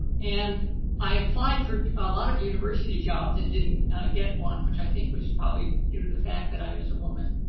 and i applied for a lot of university jobs and didn't get one. which i think was probably due to the fact that i was a woman.